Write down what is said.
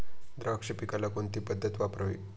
द्राक्ष पिकाला कोणती पद्धत वापरावी?